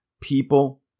people